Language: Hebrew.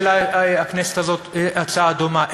שהעלה בכנסת הזאת הצעה דומה,